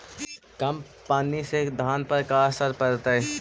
कम पनी से धान पर का असर पड़तायी?